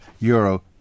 euro